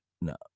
no